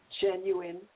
genuine